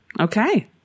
okay